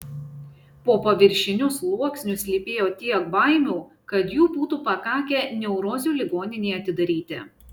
po paviršiniu sluoksniu slypėjo tiek baimių kad jų būtų pakakę neurozių ligoninei atidaryti